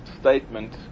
statement